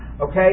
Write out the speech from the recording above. okay